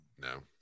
No